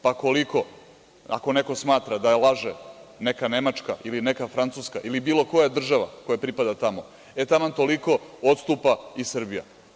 Pa, koliko ako neko smatra da laže neka nemačka ili neka francuska ili bilo koja država koja pripada tama, e taman toliko odstupa i Srbija.